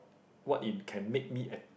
what in can make me and